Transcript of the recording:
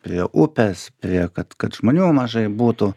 prie upės prie kad kad žmonių mažai būtų